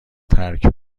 ترک